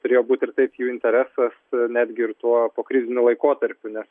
turėjo būti ir taip jų interesas netgi ir tuo pokriziniu laikotarpiu nes